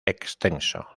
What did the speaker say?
extenso